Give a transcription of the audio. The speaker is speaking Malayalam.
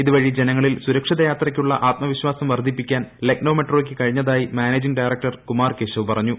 ഇതുവഴി ജനങ്ങളിൽ സുരക്ഷിത യാത്രയ്ക്കുള്ള ആത്മവിശ്വാസം വർദ്ധിപ്പിക്കാൻ ലക്നൌ മെട്രോയ്ക്ക് കഴിഞ്ഞതായി മാനേജിംഗ് ഡയറക്ടർ കുമാർ കേശവ് പറഞ്ഞു